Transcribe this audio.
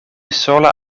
sola